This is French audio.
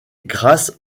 grâce